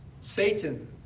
Satan